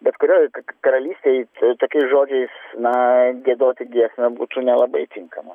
bet kurioj karalystėj tokiais žodžiais na giedoti giesmę būtų nelabai tinkama